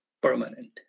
permanent